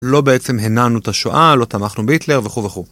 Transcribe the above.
לא בעצם הנענו את השואה, לא תמכנו בהיטלר וכו וכו.